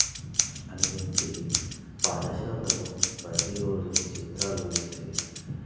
అనిపించేది పాఠశాలలో ప్రతీరోజు చిత్రాలు వేసి